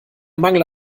mangel